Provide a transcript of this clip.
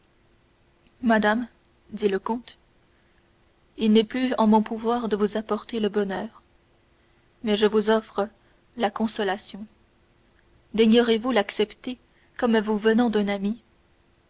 madame dit le comte il n'est plus en mon pouvoir de vous apporter le bonheur mais je vous offre la consolation daignerez vous l'accepter comme vous venant d'un ami